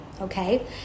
okay